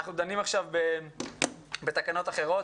אנחנו דנים עכשיו בתקנות אחרות,